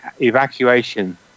evacuation